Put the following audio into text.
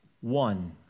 one